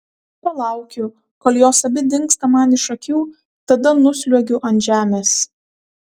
palaukiu kol jos abi dingsta man iš akių tada nusliuogiu ant žemės